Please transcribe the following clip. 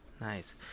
Nice